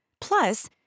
Plus